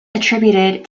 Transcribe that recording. attributed